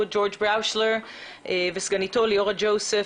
ג'ורג' בראושלר וסגניתו ליאורה ג'וזף.